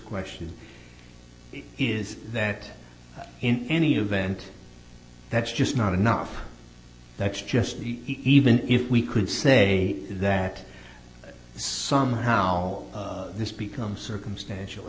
question is that in any event that's just not enough that's just even if we could say that somehow this becomes circumstantial